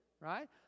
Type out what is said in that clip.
right